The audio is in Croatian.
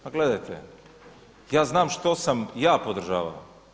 Pa gledajte, ja znam što sam ja podržavao.